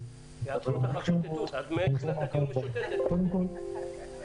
מדובר בנושא שמה שמטריד בו מאוד זה שהוא פוגע